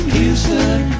Houston